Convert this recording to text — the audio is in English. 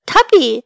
Tubby